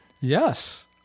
Yes